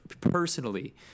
personally